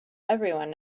everyone